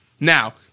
Now